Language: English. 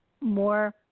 more